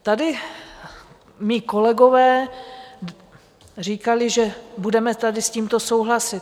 Tady mí kolegové říkali, že budeme tady s tímto souhlasit.